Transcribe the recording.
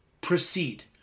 proceed